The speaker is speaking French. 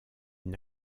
une